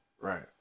Right